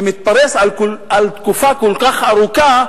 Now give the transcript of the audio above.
זה מתפרס על תקופה כל כך ארוכה,